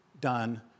done